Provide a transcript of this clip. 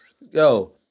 Yo